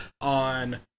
on